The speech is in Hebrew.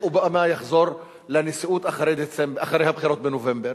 אובמה יחזור לנשיאות אחרי הבחירות בנובמבר.